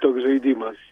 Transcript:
toks žaidimas